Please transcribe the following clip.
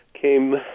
came